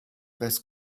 best